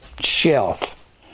shelf